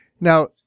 Now